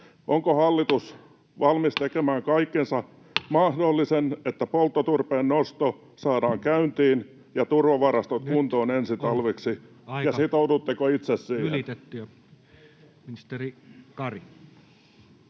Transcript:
onko hallitus valmis tekemään kaiken mahdollisen, että polttoturpeen nosto saadaan käyntiin ja turvavarastot kuntoon ensi talveksi, ja sitoudutteko itse siihen? [Speech 31] Speaker: